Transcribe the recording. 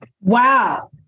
Wow